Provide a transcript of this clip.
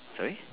sorry